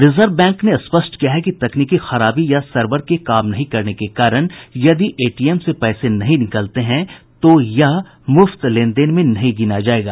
reserve bank ने स्पष्ट किया है कि तकनीकी खराबी या सर्वर के काम नहीं करने के कारण यदि एटीएम से पैसे नहीं निकलते हैं तो यह मुफ्त लेनदेन में नहीं गिना जायेगा